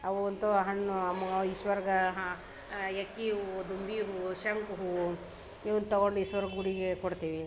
ಅವು ಅಂತೂ ಹಣ್ಣು ಮ ಈಶ್ವರ್ಗೆ ಹಾಂ ಎಕ್ಕೆ ಹೂವು ದುಂಬಿ ಹೂವು ಶಂಖ ಹೂವು ಇವನ್ನು ತಗೊಂಡು ಈಶ್ವರನ ಗುಡಿಗೆ ಕೊಡ್ತೀವಿ